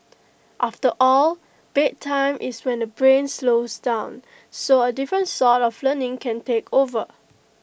after all bedtime is when the brain slows down so A different sort of learning can take over